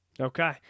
Okay